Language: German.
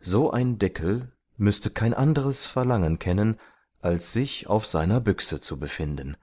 so ein deckel müßte kein anderes verlangen kennen als sich auf seiner büchse zu befinden